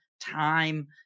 time